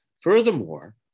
Furthermore